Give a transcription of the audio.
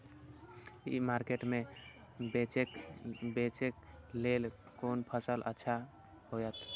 ई market में बेचेक लेल कोन फसल अच्छा होयत?